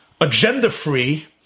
agenda-free